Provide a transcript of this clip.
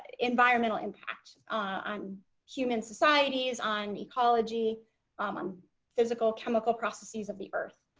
environmental impact on human societies on ecology um on physical chemical processes of the earth